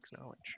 knowledge